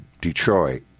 Detroit